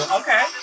okay